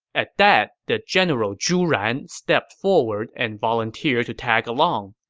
at that, the general zhu ran stepped forward and volunteered to tag along.